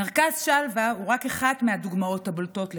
מרכז שלוה הוא אחת מהדוגמאות הבולטות לכך.